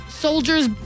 Soldiers